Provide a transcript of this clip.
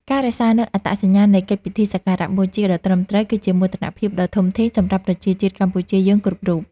ការរក្សានូវអត្តសញ្ញាណនៃកិច្ចពិធីសក្ការបូជាដ៏ត្រឹមត្រូវ គឺជាមោទនភាពដ៏ធំធេងសម្រាប់ប្រជាជាតិកម្ពុជាយើងគ្រប់រូប។